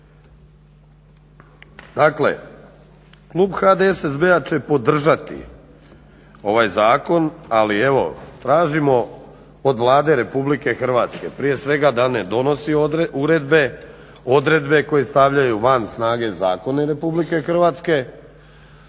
Dakle, Klub HDSSB-a će podržati ovaj zakon, ali evo tražimo od Vlade Republike Hrvatske prije svega da ne donosi uredbe, odredbe koje stavljaju van snage zakoni Republike Hrvatske,